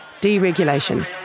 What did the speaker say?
deregulation